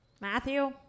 Matthew